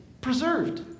preserved